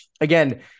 again